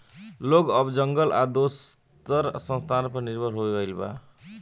लोग अब जंगल आ दोसर संसाधन पर निर्भर हो गईल बा